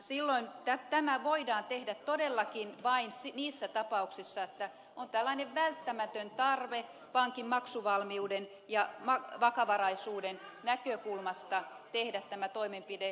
silloin tämä voidaan tehdä todellakin vain niissä tapauksissa että on tällainen välttämätön tarve pankin maksuvalmiuden ja vakavaraisuuden näkökulmasta tehdä tämä toimenpide